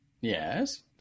Yes